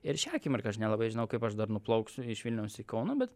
ir šią akimirką aš nelabai žinau kaip aš dar nuplauksiu iš vilniaus į kauną bet